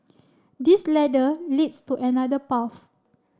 this ladder leads to another path